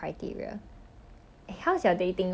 err criteria ah